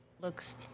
looks